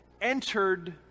entered